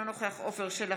אינו נוכח עפר שלח,